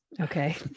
Okay